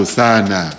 sana